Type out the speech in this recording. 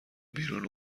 بیرون